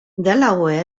delaware